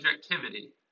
subjectivity